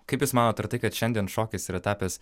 kaip jūs manot ar tai kad šiandien šokis yra tapęs